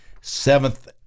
Seventh